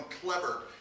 clever